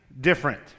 different